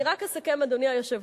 אני רק אסכם, אדוני היושב-ראש.